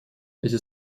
эти